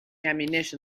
ammunition